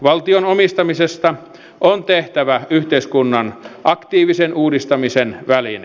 valtion omistamisesta on tehtävä yhteiskunnan aktiivisen uudistamisen väline